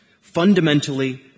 Fundamentally